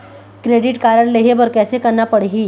Credit card लेहे बर कैसे करना पड़ही?